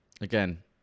again